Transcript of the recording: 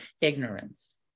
ignorance